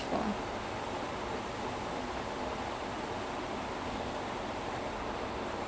like like like you need to have been there once so that you can you you know where you're going to